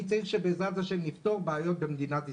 אני צריך שבעזרת השם נפתור בעיות במדינת ישראל.